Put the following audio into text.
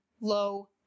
low